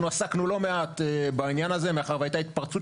אנחנו עסקנו לא מעט בעניין הזה מאחר והייתה התפרצות